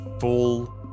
full